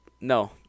No